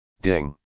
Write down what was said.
Ding